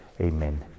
Amen